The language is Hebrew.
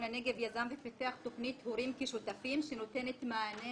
הנגב יזם ופיתח תוכנית הורים כשותפים שנותנת מענה